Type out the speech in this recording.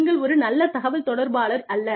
நீங்கள் ஒரு நல்ல தகவல் தொடர்பாளர் அல்ல